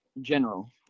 general